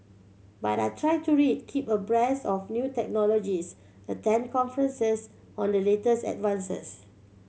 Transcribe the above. but I try to read keep abreast of new technologies attend conferences on the latest advances